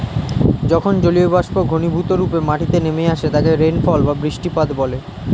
যখন জলীয়বাষ্প ঘনীভূতরূপে মাটিতে নেমে আসে তাকে রেনফল বা বৃষ্টিপাত বলে